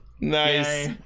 Nice